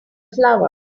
flower